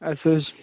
اَدٕ حظ